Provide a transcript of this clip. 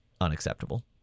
unacceptable